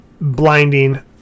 blinding